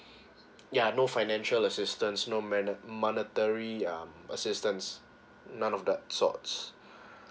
ya no financial assistance no manne~ monetary um assistance none of that sorts